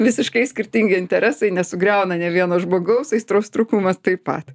visiškai skirtingi interesai nesugriauna nei vieno žmogaus aistros trūkumas taip pat